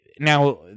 Now